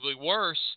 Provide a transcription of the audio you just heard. worse